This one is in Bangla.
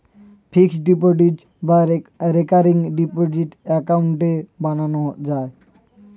fixed deposit, recurring deposit account বানানো যায়